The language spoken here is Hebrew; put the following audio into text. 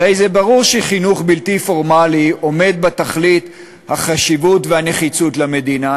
הרי זה ברור שחינוך בלתי פורמלי עומד בתכלית החשיבות והנחיצות למדינה.